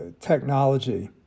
technology